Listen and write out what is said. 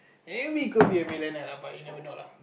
and we could be a millionaire but you never know lah